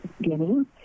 beginning